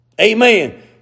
Amen